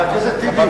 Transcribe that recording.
חבר הכנסת טיבי,